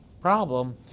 problem